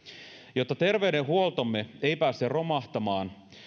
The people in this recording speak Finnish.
jotta terveydenhuoltomme ei pääse romahtamaan